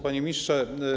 Panie Ministrze!